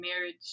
marriage